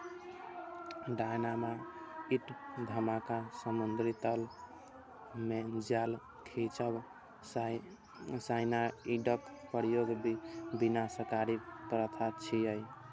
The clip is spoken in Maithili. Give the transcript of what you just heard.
डायनामाइट धमाका, समुद्री तल मे जाल खींचब, साइनाइडक प्रयोग विनाशकारी प्रथा छियै